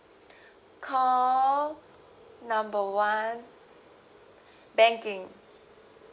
call number one banking